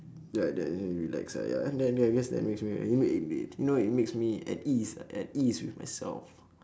ya then it make me relax ah ya I guess that makes me you know it makes me at ease at ease with myself